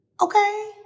Okay